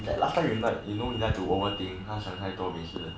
is that last time remember like he like to over think 他想太多每次